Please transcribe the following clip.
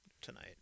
tonight